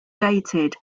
dated